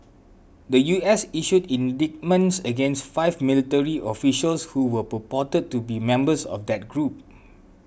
the U S issued indictments against five military officials who were purported to be members of that group